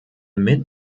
mid